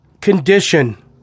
condition